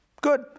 Good